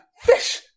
fish